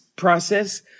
process